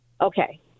Okay